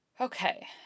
Okay